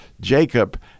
Jacob